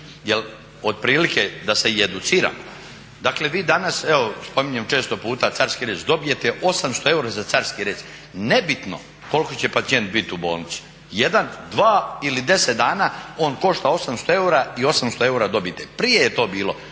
jel otprilike da se i educiramo, dakle vi danas, evo spominjem često puta carski rez, dobijete 800 eura za carski rez, nebitno koliko će pacijent biti u bolnici, jedan, dva ili deset dana, on košta 800 eura i 800 eura dobijete. Prije je to bilo